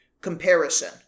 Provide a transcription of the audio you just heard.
comparison